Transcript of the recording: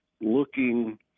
looking